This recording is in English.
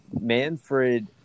Manfred